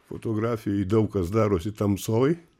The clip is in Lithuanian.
fotografijoj daug kas darosi tamsoj